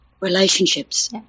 relationships